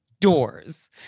doors